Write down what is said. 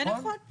זה נכון,